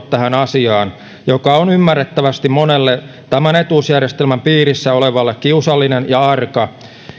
tähän asiaan joka on ymmärrettävästi monelle tämän etuusjärjestelmän piirissä olevalle kiusallinen ja arka